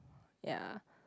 ya